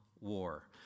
war